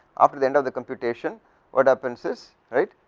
after the end of the computation what happens is right,